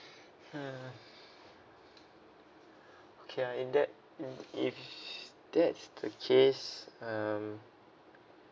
hmm okay ah in that mm if that's the case um